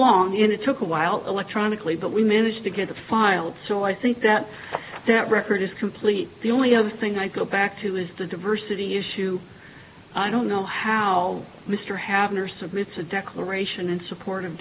long and it took a while electronically but we managed to get a filed so i think that that record is complete the only other thing i go back to is the diversity issue i don't know how mr have never submit a declaration in support